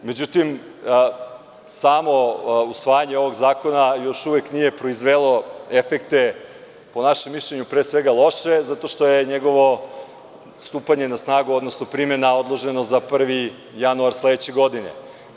Međutim, samo usvajanje ovog zakona još uvek nije proizvelo efekte, po našem mišljenju, loše, zato što je njegovo stupanje na snagu, odnosno primena odložena za 1. januar sledeće godine.